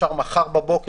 מחר בבוקר,